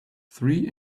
three